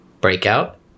Breakout